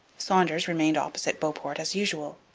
saunders remained opposite beauport, as usual.